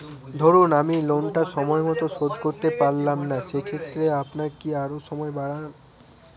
ধরুন আমি লোনটা সময় মত শোধ করতে পারলাম না সেক্ষেত্রে আপনার কি আরো সময় বাড়ান?